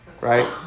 right